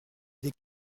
des